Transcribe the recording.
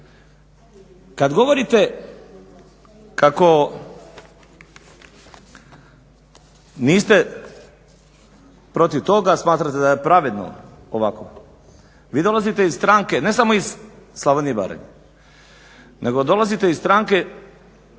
Kada govorite kako niste protiv toga, smatrate da je pravedno ovako, vi dolazite iz stranke ne samo iz Slavonije i Baranje nego dolazite iz stranke